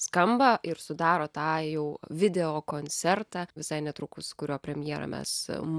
skamba ir sudaro tą jau video koncertą visai netrukus kurio premjerą mes